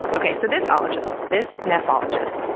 okay, so this ologist, this nephologist,